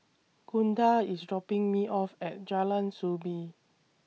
Gunda IS dropping Me off At Jalan Soo Bee